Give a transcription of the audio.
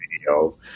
video